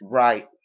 right